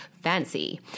fancy